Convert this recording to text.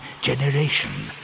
generation